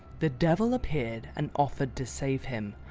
the devil appeared and offered to save him,